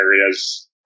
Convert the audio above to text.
areas